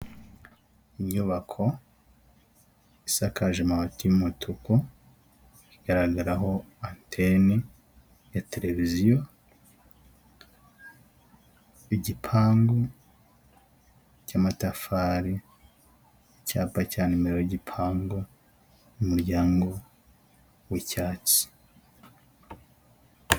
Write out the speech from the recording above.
Inyubako isakaje amabati y'umutuku, igaragaraho anteni ya televiziyo, igipangu cy'amatafari, icyapa cya nimero y'igipangu, umuryango w'icyatsi.